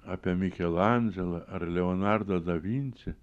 apie mikelandželą ar leonardo da vinči